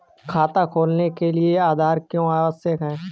खाता खोलने के लिए आधार क्यो आवश्यक है?